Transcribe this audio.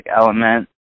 element